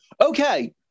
okay